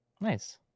Nice